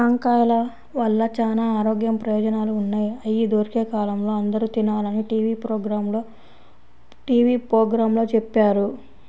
జాంకాయల వల్ల చానా ఆరోగ్య ప్రయోజనాలు ఉన్నయ్, అయ్యి దొరికే కాలంలో అందరూ తినాలని టీవీ పోగ్రాంలో చెప్పారు